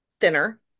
thinner